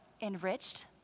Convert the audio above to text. enriched